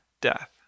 death